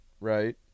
right